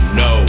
no